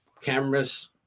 cameras